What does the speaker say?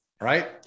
right